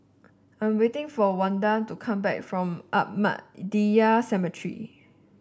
I'm waiting for Wanda to come back from Ahmadiyya Cemetery